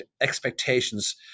expectations